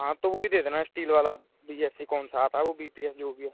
हाँ तो व ही दे देना इस्टील वाला बी एस सी कौन सा आता है वो बी पी एस जो भी है